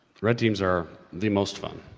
red teams are the most fun,